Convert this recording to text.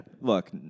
Look